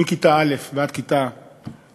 מכיתה א' עד כיתה י"ב.